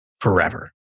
forever